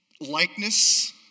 Likeness